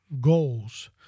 goals